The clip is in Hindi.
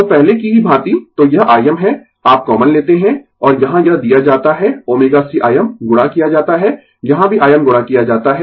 तो पहले की ही भांति तो यह Im है आप कॉमन लेते है और यहाँ यह दिया जाता है ω c Im गुणा किया जाता है यहाँ भी Im गुणा किया जाता है